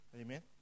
Amen